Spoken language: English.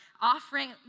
offering